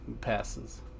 Passes